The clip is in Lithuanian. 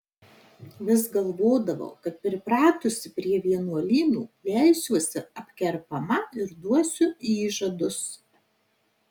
vis galvodavau kad pripratusi prie vienuolyno leisiuosi apkerpama ir duosiu įžadus